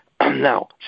Now